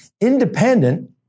independent